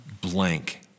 blank